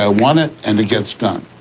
i want it. and it gets done.